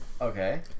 Okay